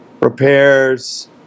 repairs